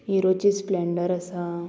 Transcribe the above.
हिरोची Splendor आसा